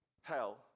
hell